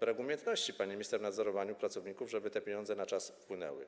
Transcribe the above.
brak umiejętności pani minister w nadzorowaniu pracowników, żeby te pieniądze na czas wpłynęły.